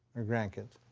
your grandkids.